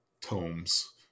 tomes